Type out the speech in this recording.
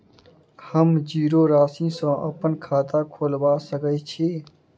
हम जीरो राशि सँ अप्पन खाता खोलबा सकै छी?